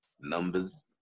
numbers